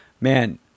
man